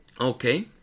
Okay